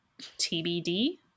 TBD